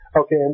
Okay